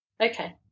okay